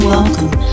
Welcome